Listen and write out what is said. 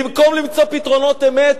במקום למצוא פתרונות אמת,